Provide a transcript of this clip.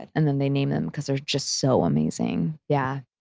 and then they name them because they're just so amazing. yeah.